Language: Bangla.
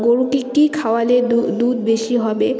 গরুকে কী খাওয়ালে দুধ বেশি হবে